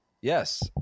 Yes